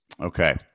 Okay